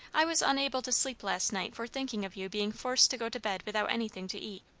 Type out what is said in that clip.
i was unable to sleep last night for thinking of you being forced to go to bed without anything to eat.